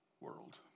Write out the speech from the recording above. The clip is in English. world